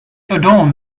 adorned